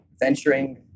Venturing